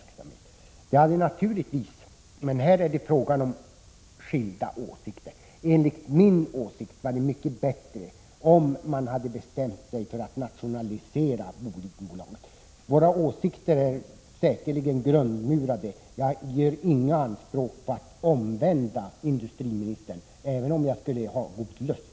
Det hade naturligtvis — men här är det fråga om skilda uppfattningar — enligt min åsikt varit mycket bättre om man bestämt sig för att nationalisera Bolidenbolaget. Våra olika åsikter är säkerligen grundmurade, och jag gör inga anspråk på att vilja omvända industriministern, även om jag skulle ha god lust.